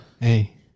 Hey